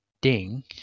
ding